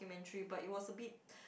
~mentary but it was a bit